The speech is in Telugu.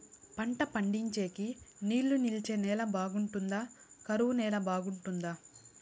పంట పండించేకి నీళ్లు నిలిచే నేల బాగుంటుందా? కరువు నేల బాగుంటుందా?